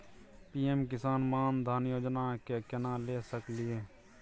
PM Kisan Maandhan Yojana के केना ले सकलिए?